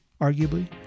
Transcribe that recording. arguably